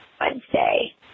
Wednesday